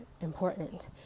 important